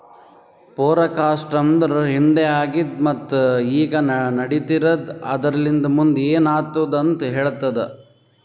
forecast ಅಂದುರ್ ಹಿಂದೆ ಆಗಿದ್ ಮತ್ತ ಈಗ ನಡಿತಿರದ್ ಆದರಲಿಂತ್ ಮುಂದ್ ಏನ್ ಆತ್ತುದ ಅಂತ್ ಹೇಳ್ತದ